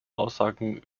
aussagen